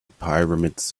pyramids